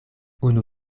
unu